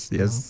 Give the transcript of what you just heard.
yes